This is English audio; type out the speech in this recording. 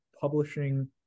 publishing